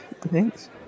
Thanks